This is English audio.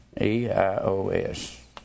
E-I-O-S